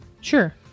Sure